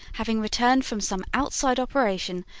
having returned from some outside operation,